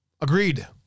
Agreed